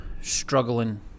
struggling